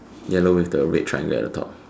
yellow with the red triangle at the top